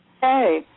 Hey